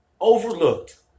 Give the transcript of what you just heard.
overlooked